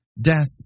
Death